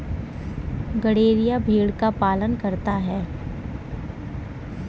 गड़ेरिया भेड़ का पालन करता है